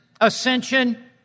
ascension